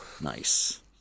Nice